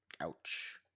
Ouch